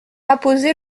apposé